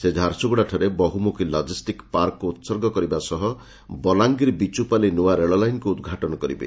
ସେ ଝାରସୁଗୁଡ଼ାଠାରେ ବହୁମୁଖୀ ଲଜିଷ୍ଟିକ୍ ପାର୍କକୁ ଉତ୍ସର୍ଗ କରିବା ସହ ବଲାଙ୍ଗିର ବିଚୁପାଲି ନୂଆ ରେଳଲାଇନ୍କୁ ଉଦ୍ଘାଟନ କରିବେ